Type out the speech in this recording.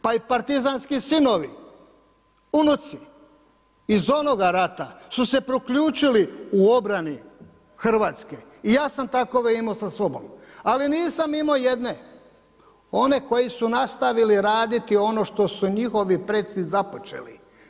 Pa i partizanski sinovi, unuci iz onoga rata su se priključili u obrani Hrvatske i ja sam takove imao sa sobom, ali nisam imao jedne – one koji su nastavili raditi ono što su njihovi preci započeli.